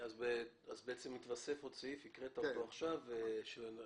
אז התווסף עוד סעיף - הקראת אותו עכשיו על מנת